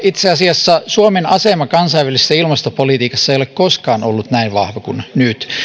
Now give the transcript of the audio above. itse asiassa suomen asema kansainvälisessä ilmastopolitiikassa ei ole koskaan ollut näin vahva kuin nyt